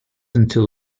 until